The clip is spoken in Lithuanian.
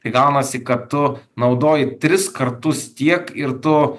tai gaunasi kad tu naudoji tris kartus tiek ir tu